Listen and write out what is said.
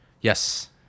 yes